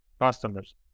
customers